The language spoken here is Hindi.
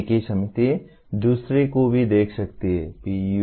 एक ही समिति दूसरे को भी देख सकती है PEOs